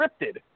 scripted